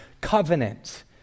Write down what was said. covenant